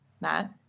Matt